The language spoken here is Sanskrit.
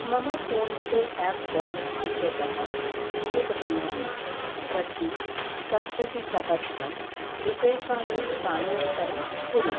मम फ़ोन्पे याप् वालेट् इत्यतः सुधर्माणं प्रति सप्ततिः सहस्रं रूप्यकाणि स्थानान्तरं कुरु